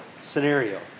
scenario